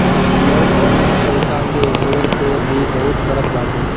लोग ऑनलाइन पईसा के हेर फेर भी बहुत करत बाटे